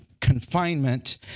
confinement